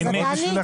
אז את תעני.